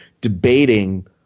debating